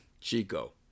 Chico